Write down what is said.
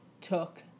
took